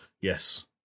yes